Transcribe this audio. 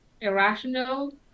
irrational